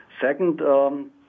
Second